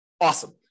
Awesome